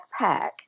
backpack